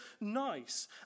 nice